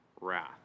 wrath